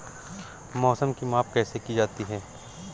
मौसम की माप कैसे की जाती है?